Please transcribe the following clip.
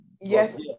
yes